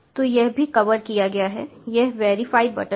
तो यह भी कवर किया गया है यह वेरीफाई बटन है